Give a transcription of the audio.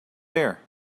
there